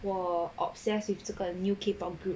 我 obsessed with 这个 new K_pop group